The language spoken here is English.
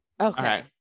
Okay